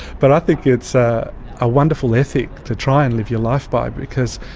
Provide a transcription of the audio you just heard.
but i think it's a ah wonderful ethic to try and live your life by, because,